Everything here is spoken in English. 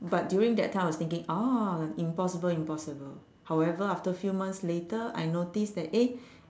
but during that time I was thinking oh impossible impossible however after few months later I notice that eh